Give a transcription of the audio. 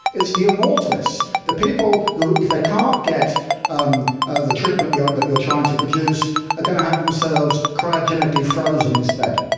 it's the immortalists, the people who if they can't get um ah the treatment yeah that you're trying to produce are going to have themselves cryogenically frozen instead.